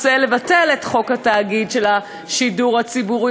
רוצה לבטל את חוק תאגיד השידור הציבורי,